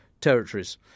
territories